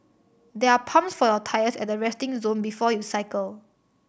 there are pumps for your tyres at the resting zone before you cycle